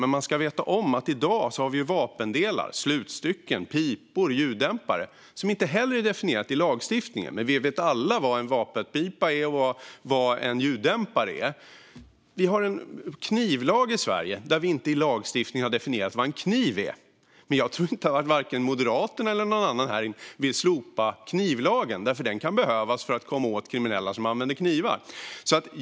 Men man ska veta om att det i dag finns vapendelar - slutstycken, pipor och ljuddämpare - som inte heller är definierade i lagtexten, men vi vet alla ändå vad en vapenpipa och en ljuddämpare är. Vi har en knivlag där vi inte i lagstiftningen har definierat vad en kniv är, men jag tror ändå inte att Moderaterna eller någon annan här vill slopa knivlagen, för den kan behövas för att komma åt kriminella som använder knivar.